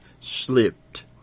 slipped